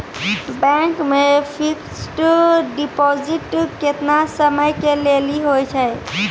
Bank मे fixed deposit केतना समय के लेली होय छै?